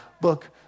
book